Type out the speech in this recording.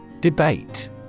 Debate